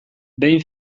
behin